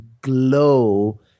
glow